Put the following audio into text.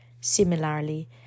Similarly